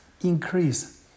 increase